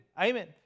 Amen